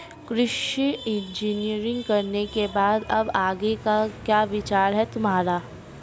कृषि इंजीनियरिंग करने के बाद अब आगे का क्या विचार है तुम्हारा?